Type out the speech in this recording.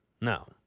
No